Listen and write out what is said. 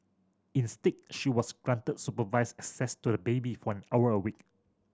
instead she was granted supervised access to the baby for an hour a week